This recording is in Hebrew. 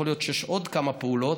יכול להיות שיש עוד כמה פעולות.